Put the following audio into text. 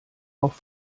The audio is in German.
auch